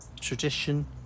tradition